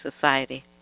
Society